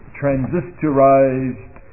transistorized